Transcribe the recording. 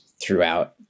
throughout